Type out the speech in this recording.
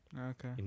Okay